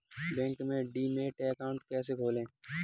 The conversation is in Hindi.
बैंक में डीमैट अकाउंट कैसे खोलें?